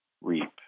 reap